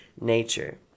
nature